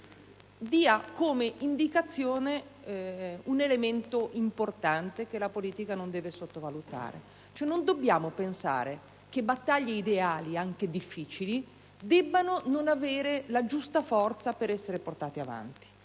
che credo esprima un elemento importante che la politica non deve sottovalutare. Non dobbiamo pensare che battaglie ideali, anche difficili, non debbano avere la giusta forza per essere portate avanti.